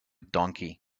donkey